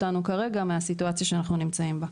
אותנו כרגע מהסיטואציה שאנחנו נמצאים בה.